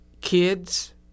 kids